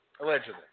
Allegedly